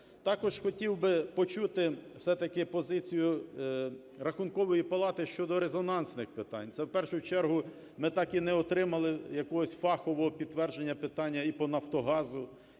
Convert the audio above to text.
Також хотів би почути все-таки позицію Рахункової палати щодо резонансних питань. Це, в першу чергу, ми так і не отримали якогось фахового підтвердження питання і по "Нафтогазу",